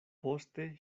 poste